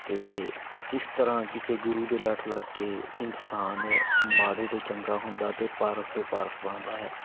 ਅਤੇ ਕਿਸ ਤਰ੍ਹਾਂ ਕਿਸੇ ਗੁਰੂ ਦੇ ਲੜ ਲੱਗ ਕੇ ਇਨਸਾਨ ਮਾੜੇ ਤੋਂ ਚੰਗਾ ਹੁੰਦਾ ਅਤੇ ਪਾਰਸ ਤੋਂ ਪਾਰਸ ਬਣਦਾ ਹੈ